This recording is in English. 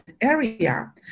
area